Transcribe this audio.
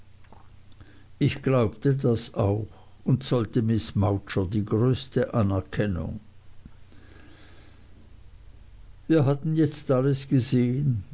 ich glaubte das auch und zollte miß mowcher die größte anerkennung wir hatten jetzt alles gesehen